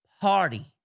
party